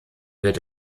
wird